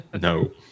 No